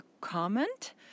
comment